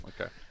Okay